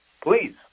please